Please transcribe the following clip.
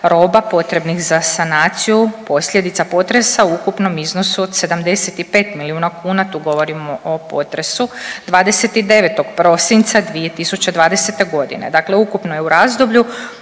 roba potrebnih za sanaciju posljedica potresa u ukupnom iznosu od 75 milijuna kuna. Tu govorimo o potresu 29. prosinca 2020. godine. Dakle, ukupno je u razdoblju